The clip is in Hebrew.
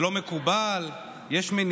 זה לא מקובל, יש מניעה,